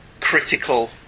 critical